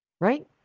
Right